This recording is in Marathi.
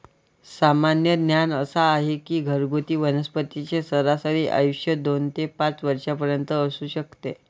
सामान्य ज्ञान असा आहे की घरगुती वनस्पतींचे सरासरी आयुष्य दोन ते पाच वर्षांपर्यंत असू शकते